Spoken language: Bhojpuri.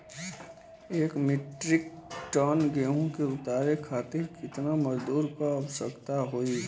एक मिट्रीक टन गेहूँ के उतारे खातीर कितना मजदूर क आवश्यकता होई?